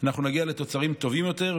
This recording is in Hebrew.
אנחנו נגיע לתוצרים טובים יותר,